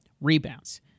Rebounds